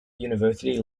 university